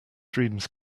dreams